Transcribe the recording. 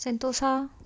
sentosa